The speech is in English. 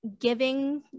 giving